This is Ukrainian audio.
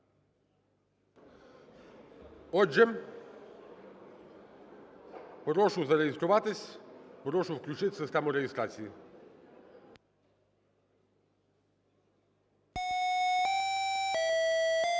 Отже, прошу зареєструватись. Прошу включити систему реєстрації. 10:02:48